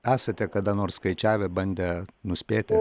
esate kada nors skaičiavę bandę nuspėti